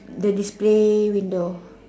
the display window